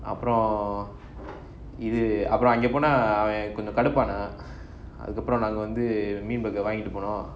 அப்புறம் இது அப்புறம் அங்க என்னனா கொஞ்சம் கடுப்பானோம் அதுக்கு அப்புறம் நாங்க வந்து மீன்:apuram idhu apuram anga ennana konjam kadupanom adhuku apuram naanga vanthu meen burger வாங்கிட்டு போனோம்:vaangitu ponom